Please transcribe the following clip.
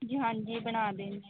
ਜੀ ਹਾਂਜੀ ਬਣਾ ਦੇਣਗੇ